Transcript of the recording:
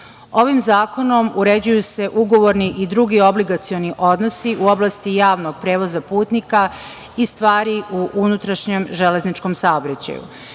Ovim zakonom uređuju se ugovorni i drugi obligacioni odnosi u oblasti javnog prevoza putnika i stvari u unutrašnjem železničkom